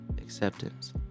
acceptance